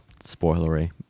spoilery